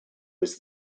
was